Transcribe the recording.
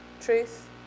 truth